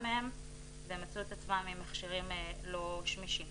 מהם והם מצאו את עצמם עם מכשירים לא שמישים.